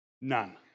None